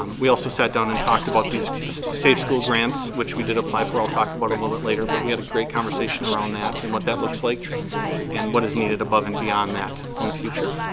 um we also sat down and talked about these safe school grants which we did apply for. i'll talk about a little bit later but we had a great conversation around that and what that looks like and what is needed above and beyond that in the future.